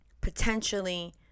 potentially